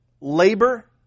labor